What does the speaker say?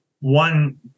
one